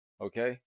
Okay